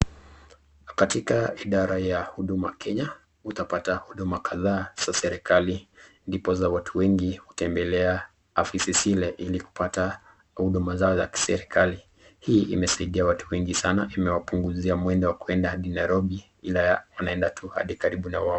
Katika idara ya Huduma Kenya, utapata huduma kadhaa za serikali, ndiposa watu wengi hutembelea afisi zile, ili kupata huduma zao za kiserikali. Hii imesaidia watu wengi sana. Imewapunguzia mwendo wa kwenda hadi Nairobi, ila wanaenda tu hadi karibu na wao.